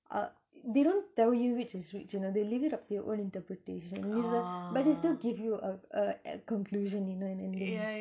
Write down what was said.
uh they don't tell you which is which you know they leave it up to your own interpretation is a but they still give you a a a conclusion you know and and